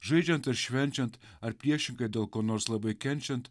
žaidžiant ar švenčiant ar priešingai dėl ko nors labai kenčiant